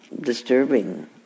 disturbing